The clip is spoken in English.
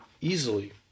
easily